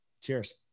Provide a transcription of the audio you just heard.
Cheers